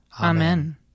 Amen